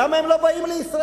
למה הם לא באים לישראל?